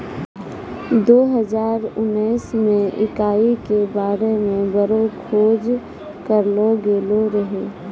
दो हजार उनैस मे इकाई के बारे मे बड़ो खोज करलो गेलो रहै